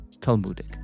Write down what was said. Talmudic